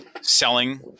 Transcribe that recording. selling